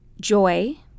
Joy